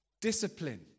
discipline